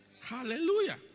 Hallelujah